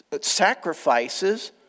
sacrifices